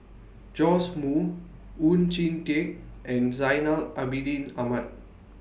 Joash Moo Oon Jin Teik and Zainal Abidin Ahmad